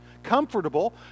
comfortable